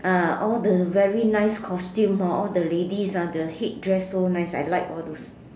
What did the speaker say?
ah all the very nice costume hor all the ladies ah the headdress so nice I like all those